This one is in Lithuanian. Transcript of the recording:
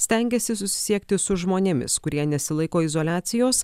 stengiasi susisiekti su žmonėmis kurie nesilaiko izoliacijos